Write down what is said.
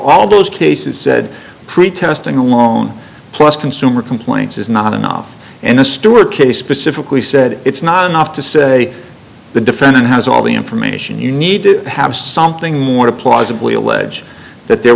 all those cases said pre testing alone plus consumer complaints is not enough and the stewart case specifically said it's not enough to say the defendant has all the information you need to have something more to plausibly allege that there